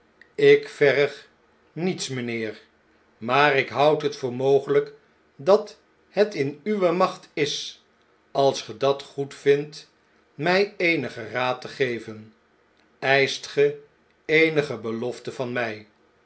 ik verg niets mijnheer maar ik houd het voor mogelijk dat het in uwe macht is als ge dat goedvindt mij eenigen raad te geven eischt ge eenige belofte van mij